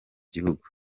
gihugu